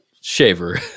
shaver